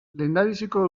lehendabiziko